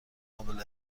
قابل